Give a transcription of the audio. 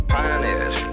pioneers